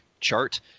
chart